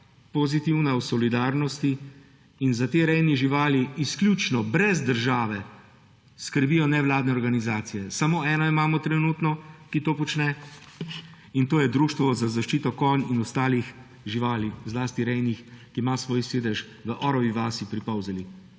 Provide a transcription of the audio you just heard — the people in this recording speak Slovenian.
pozitivna v solidarnosti in za te rejne živali izključno brez države skrbijo nevladne organizacije. Samo eno imamo trenutno, ki to počne, in to je Društvo za zaščito konj in ostalih živali, zlasti rejnih, ki ima svoj sedež v Orovi vasi pri Polzeli.